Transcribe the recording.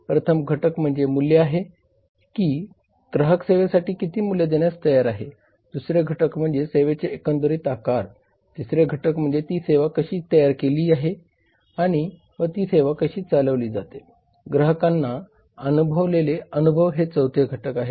प्रथम घटक म्हणजे मूल्य आहे की ग्राहक सेवेसाठी किती मूल्य देण्यास तयार आहेत दुसरे घटक म्हणजे सेवेचे एकंदरीत आकार तिसरे घटक म्हणजे ती सेवा कशी तयार केली जाते आणि व ती सेवा कशी चालवली जाते ग्राहकांनी अनुभवललेले अनुभव हे चौथे घटक आहे